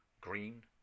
green